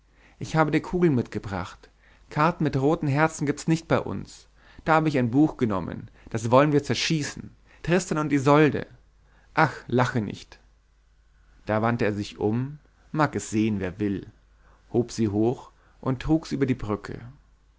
ich habe dir kugeln mitgebracht karten mit roten herzen gibt's nicht bei uns da habe ich ein buch genommen das wollen wir zerschießen tristan und isolde ach lache nicht da wandte er sich um mag es sehn wer will hob sie hoch und trug sie über die brücke